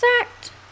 exact